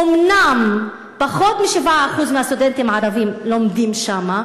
אומנם פחות מ-7% מהסטודנטים הערבים לומדים שם,